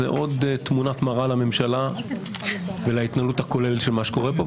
זאת עוד תמונת מראה לממשלה ולהתנהלות הכוללת של מה שקורה פה,